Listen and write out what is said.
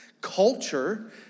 Culture